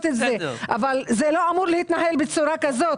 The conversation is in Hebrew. את זה אבל זה לא אמור להתנהל בצורה הזאת.